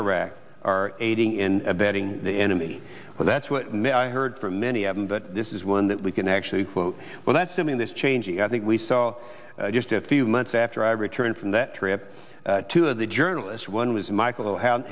iraq are aiding and abetting the enemy well that's what i heard from many of them but this is one that we can actually quote well that's something that's changing i think we saw just a few months after i returned from that trip two of the journalists one was michael how